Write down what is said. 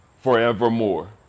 forevermore